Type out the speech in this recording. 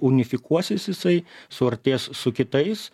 unifikuosis jisai suartės su kitais